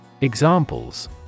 Examples